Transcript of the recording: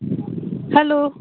hello